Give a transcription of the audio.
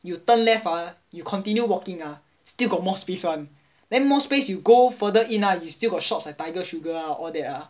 you turn left ah you continue walking ah still got more space [one] then more space you go further in ah you still got shops at Tiger Sugar all that ah